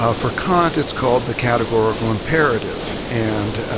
ah for kant it's called the categorical imperative, and